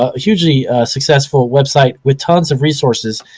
ah hugely successful website with tons of resources.